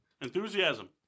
Enthusiasm